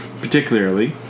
particularly